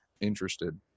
interested